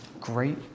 Great